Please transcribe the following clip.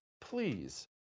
Please